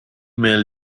mail